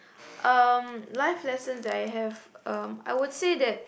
um life lessons I have um I would say that